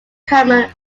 common